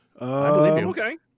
Okay